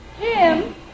Jim